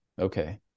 Okay